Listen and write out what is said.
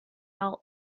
all